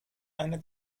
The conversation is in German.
eine